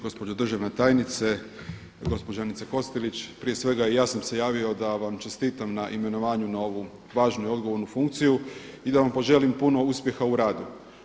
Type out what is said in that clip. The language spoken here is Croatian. Gospođo državna tajnice, gospođo Janice Kostelić prije svega i ja sam se javio da vam čestitam na imenovanju na ovu važnu i odgovornu funkciju i da vam poželim puno uspjeha u radu.